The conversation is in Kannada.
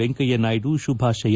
ವೆಂಕಯ್ಯನಾಯ್ಡು ಶುಭಾಶಯ